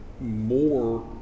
more